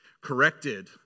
corrected